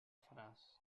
faràs